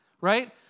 right